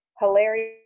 hilarious